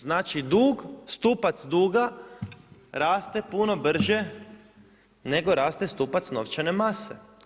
Znači dug, stupac duga raste puno brže nego raste stupac novčane mase.